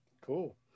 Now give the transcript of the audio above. Cool